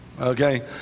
Okay